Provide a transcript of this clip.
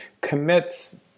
commits